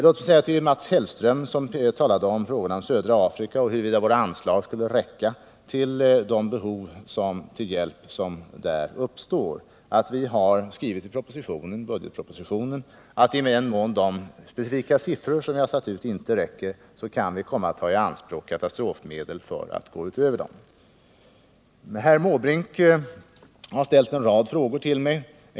Låt mig säga till Mats Hellström, som här talade om frågorna i södra Afrika och undrade huruvida våra anslag skulle räcka till för att täcka de hjälpbehov som där uppstår, att vi i budgetpropositionen har skrivit att i den mån de specifika siffror som där angivits inte räcker kan vi gå utöver dem och ta i anspråk katastrofmedel. Herr Måbrink har ställt en rad frågor till mig.